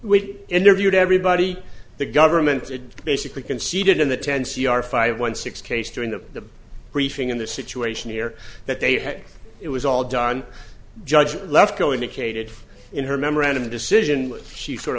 we interviewed everybody the government basically conceded in the ten c r five one six case during the briefing in the situation here that they had it was all done judge lefkow indicated in her memorandum the decision she sort